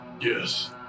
Yes